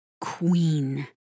Queen